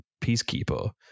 peacekeeper